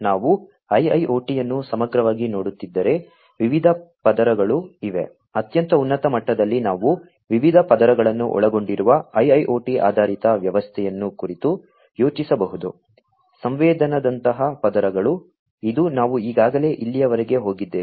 ನಾವು IIoT ಅನ್ನು ಸಮಗ್ರವಾಗಿ ನೋಡುತ್ತಿದ್ದರೆ ವಿವಿಧ ಪದರಗಳು ಇವೆ ಅತ್ಯಂತ ಉನ್ನತ ಮಟ್ಟದಲ್ಲಿ ನಾವು ವಿವಿಧ ಪದರಗಳನ್ನು ಒಳಗೊಂಡಿರುವ IIoT ಆಧಾರಿತ ವ್ಯವಸ್ಥೆಯನ್ನು ಕುರಿತು ಯೋಚಿಸಬಹುದು ಸಂವೇದನದಂತಹ ಪದರಗಳು ಇದು ನಾವು ಈಗಾಗಲೇ ಇಲ್ಲಿಯವರೆಗೆ ಹೋಗಿದ್ದೇವೆ